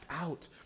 out